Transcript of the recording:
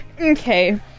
Okay